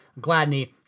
Gladney